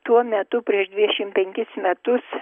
tuo metu prieš dvidešim penkis metus